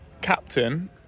captain